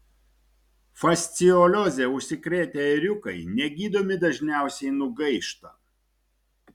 fasciolioze užsikrėtę ėriukai negydomi dažniausiai nugaišta